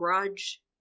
grudge